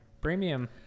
premium